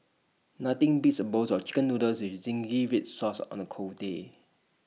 nothing beats A bowl of Chicken Noodles with Zingy Red Sauce on A cold day